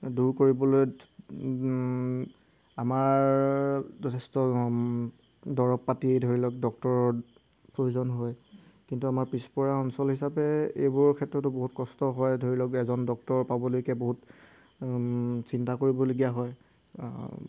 দূৰ কৰিবলৈ আমাৰ যথেষ্ট দৰৱ পাতি ধৰি লওক ডক্তৰৰ প্ৰয়োজন হয় কিন্তু আমাৰ পিছপৰা অঞ্চল হিচাপে এইবোৰৰ ক্ষেত্ৰতো বহুত কষ্ট হয় ধৰি লওক এজন ডক্টৰ পাবলৈকে বহুত চিন্তা কৰিবলগীয়া হয়